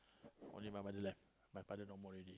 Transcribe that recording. only my mother left my father no more already